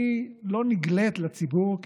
היא לא נגלית לציבור,